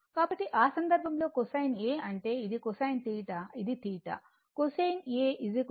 కాబట్టి ఆ సందర్భంలో కొసైన్ A అంటే ఇది కొసైన్ θ ఇది θ కొసైన్ A b2 c2